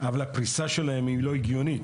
אבל הפריסה שלהם אינה הגיונית.